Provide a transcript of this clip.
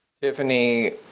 Tiffany